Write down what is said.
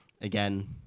Again